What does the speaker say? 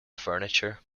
furniture